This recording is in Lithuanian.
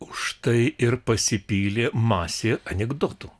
užtai ir pasipylė masė anekdotų